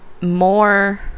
more